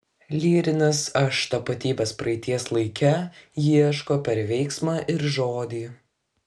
lyrinis aš tapatybės praeities laike ieško per veiksmą ir žodį